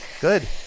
Good